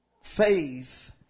faith